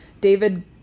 David